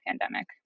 pandemic